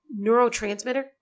neurotransmitter